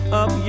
up